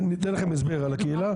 נתן לכם הסבר על הקהילה.